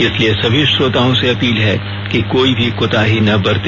इसलिए सभी श्रोताओं से अपील है कि कोई भी कोताही ना बरते